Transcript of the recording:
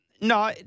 no